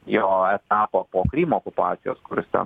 jo etapą po krymo okupacijos kur jis ten